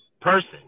person